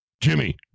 Jimmy